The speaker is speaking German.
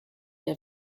der